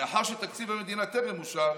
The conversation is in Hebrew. מאחר שתקציב המדינה טרם אושר,